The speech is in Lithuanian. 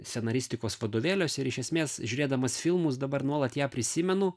scenarinstikos vadovėliuose ir iš esmės žiūrėdamas filmus dabar nuolat ją prisimenu